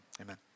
amen